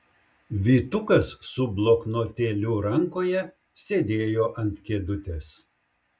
vytukas su bloknotėliu rankoje sėdėjo ant kėdutės